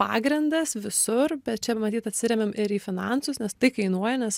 pagrindas visur bet čia matyt atsiremiam ir į finansus nes tai kainuoja nes